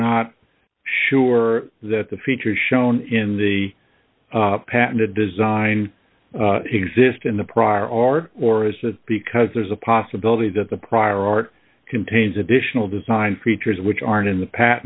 not sure that the features shown in the patented design exist in the prior art or is it because there's a possibility that the prior art contains additional design features which aren't in the